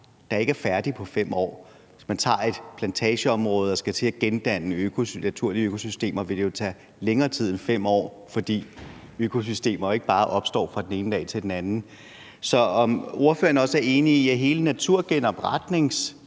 der ikke er færdigt på 5 år. Hvis man tager et plantageområde og skal til at gendanne naturlige økosystemer, vil det jo tage længere tid end 5 år, fordi økosystemer jo ikke bare opstår fra den ene dag til den anden. Så er ordføreren også enig i, at det er vigtigt,